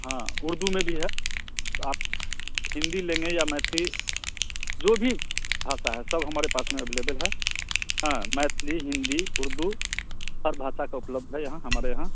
हाँ उर्दू में भी है आप हिंदी लेंगे या मैथिली जो भी भाषा है सब हमारे पास में एवलेबल है हाँ मैथिली हिंदी उर्दू सब भाषा का उपलब्ध है यहाँ हमारे यहाँ